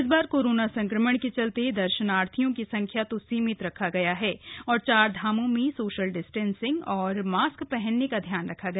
इस बार कोरोना संक्रमण के चलते दर्शनार्थियों की संख्या को सीमित रखा गया और चारधामों में सोशल डिस्टेंसिंग और मास्क पहनने का ध्यान रखा गया